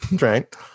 right